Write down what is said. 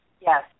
Yes